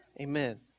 Amen